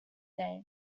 days